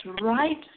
right